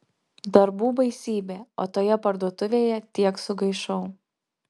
darbų baisybė o toje parduotuvėje tiek sugaišau